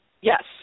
Yes